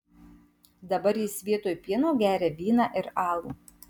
dabar jis vietoj pieno geria vyną ir alų